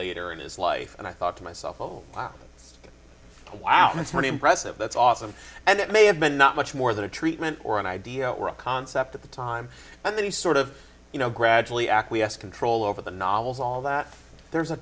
later in his life and i thought to myself oh wow wow that's really impressive that's awesome and it may have been not much more than a treatment or an idea or a concept at the time and then he sort of you know gradually acquiesced control over the novels all that there's a